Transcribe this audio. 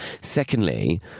Secondly